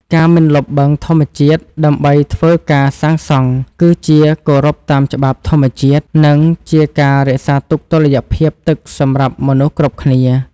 ការមិនលុបបឹងធម្មជាតិដើម្បីធ្វើការសាងសង់គឺជាគោរពតាមច្បាប់ធម្មជាតិ និងជាការរក្សាទុកតុល្យភាពទឹកសម្រាប់មនុស្សគ្រប់គ្នា។